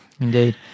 Indeed